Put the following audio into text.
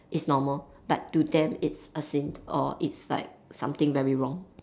it's normal but to them it's a sin or it's like something very wrong